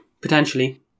potentially